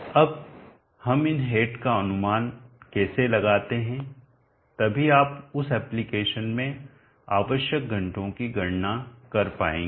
अब हम इन हेड का अनुमान कैसे लगाते हैं तभी आप उस एप्लिकेशन में आवश्यक घंटों की गणना कर पाएंगे